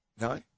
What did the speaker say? No